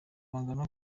bangana